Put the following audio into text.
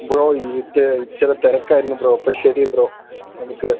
bro ഇത് ഇച്ചിരി തിരക്കായിരുന്നു ബ്രോ അപ്പം ശരി ബ്രോ നമുക്ക്